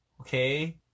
okay